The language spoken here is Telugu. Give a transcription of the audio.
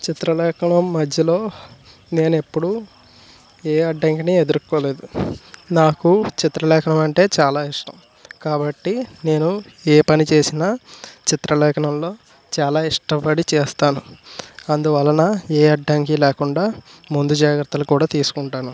చిత్రలేఖనం మధ్యలో నేను ఎప్పుడు ఏ అడ్డంకిని ఎదుర్కోలేదు నాకు చిత్రలేఖనం అంటే చాలా ఇష్టం కాబట్టి నేను ఏ పని చేసినా చిత్రలేఖనంలో చాలా ఇష్టపడి చేస్తాను అందువలన ఏ అడ్డంకి లేకుండా ముందు జాగ్రత్తలు కూడా తీసుకుంటాను